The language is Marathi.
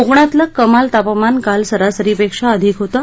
कोकणातलं कमाल तापमान काल सरासरीपेक्षा अधिक होतं